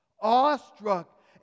Awestruck